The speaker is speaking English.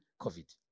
COVID